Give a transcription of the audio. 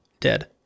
Dead